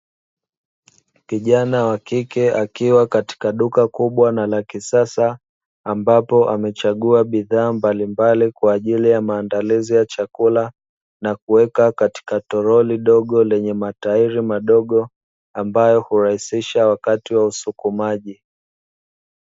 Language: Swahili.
Kijana wa kike akiwa katika duka kubwa na la kisasa, ambapo amechagua bidhaa mbalimbali kwa ajili ya maandalizi ya chakula, na kuweka katika toroli dogo, lenye matairi madogo ambayo hurahisisha wakati wa usukumaji.